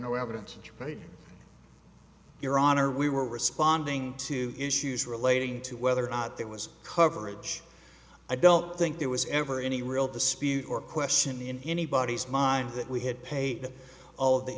no evidence your honor we were responding to issues relating to whether or not there was coverage i don't think there was ever any real dispute or question in anybody's mind that we had paid all the